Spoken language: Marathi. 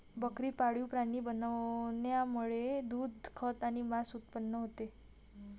बकरी पाळीव प्राणी बनवण्यामुळे दूध, खत आणि मांस उत्पन्न होते